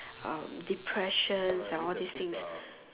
uh depressions and all these things